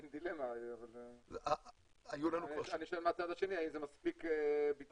אני שואל האם החמישה ימים האלה הם מספיק ביטחון?